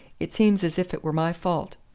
it seems as if it were my fault.